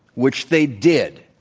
which they did,